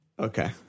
Okay